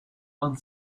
ran